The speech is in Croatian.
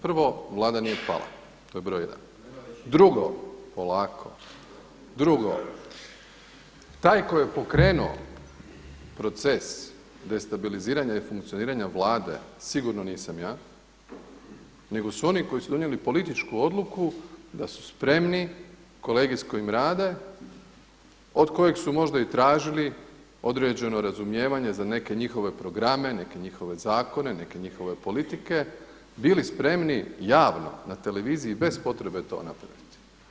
Prvo, Vlada nije pala, to je broj jedan., …… [[Upadica se ne čuje.]] Drugo, polako, drugo, taj koji je pokrenuo proces destabiliziranja i funkcioniranja Vlade sigurno nisam ja, nego su oni koji su donijeli političku odluku da su spremni kolegi s kojim rade, od kojeg su možda i tražili određeno razumijevanje za neke njihove programe, neke njihove zakone, neke njihove politike bili spremni javno na televiziji bez potrebe to napraviti.